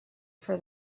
for